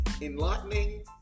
Enlightening